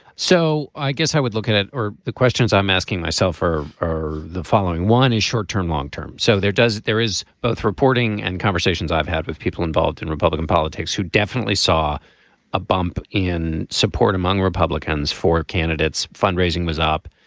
so i guess i would look at it or the questions i'm asking myself are are the following one is short term long term. so there does. there is both reporting and conversations i've had with people involved in republican politics who definitely saw a bump in support among republicans for candidates. fundraising was up.